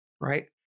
right